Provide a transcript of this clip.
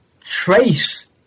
trace